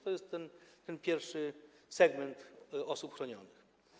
To jest ten pierwszy segment osób chronionych.